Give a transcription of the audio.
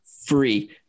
free